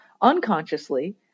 unconsciously